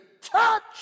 touch